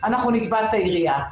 אנחנו נתבע את העירייה.